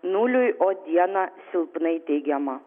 nuliui o dieną silpnai teigiama